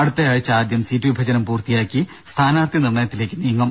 അടുത്തയാഴ്ച ആദ്യം സീറ്റ് വിഭജനം പൂർത്തിയാക്കി സ്ഥാനാർത്ഥി നിർണയത്തിലേക്ക് നീങ്ങും